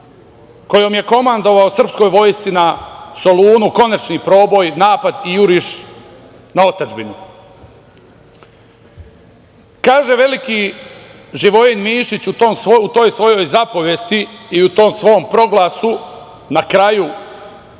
kojom je komandovao srpskoj vojsci na Solunu, konačni proboj, napad i juriš na otadžbinu. Kaže veliki Živojin Mišić u toj svojoj zapovesti i u tom svom proglasu na kraju: